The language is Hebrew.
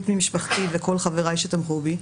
חוץ ממשפחתי וכל חבריי שתמכו בי,